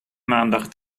maandag